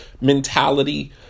mentality